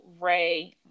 ray